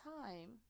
time